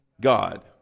god